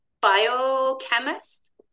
biochemist